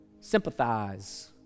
sympathize